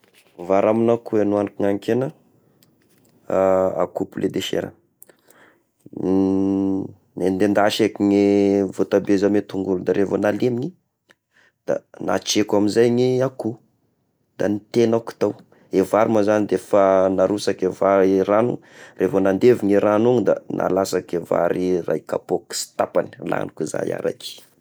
Vary amy akoho ny nohaniko niagny kena, akohy poulet de chair ah, nen- nendasiko ny voatabia izy amy tongolo de revo nalemy da natreko amizay ny akoho, da nitegnako tao, i vary moa zagny de efa narosaky vary ragno, revo nandevy ny ragno da nalasaky vary ray kapoaky sy tapagny lagniko zah araiky.